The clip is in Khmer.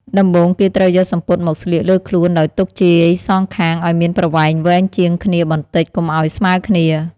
ដំបូងគេត្រូវយកសំពត់មកស្លៀកលើខ្លួនដោយទុកជាយសងខាងឲ្យមានប្រវែងវែងជាងគ្នាបន្តិចកុំឲ្យស្មើរគ្នា។